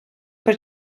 при